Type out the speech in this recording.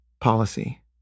policy